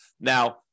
Now